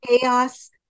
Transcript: chaos